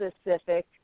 specific